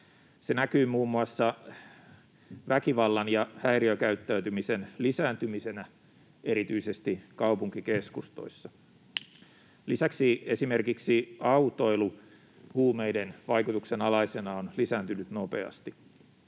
Se näkyy muun muassa väkivallan ja häiriökäyttäytymisen lisääntymisenä erityisesti kaupunkikeskustoissa. Lisäksi esimerkiksi autoilu huumeiden vaikutuksen alaisena on lisääntynyt nopeasti.